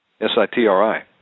S-I-T-R-I